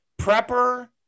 Prepper